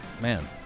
man